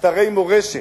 אתרי מורשת.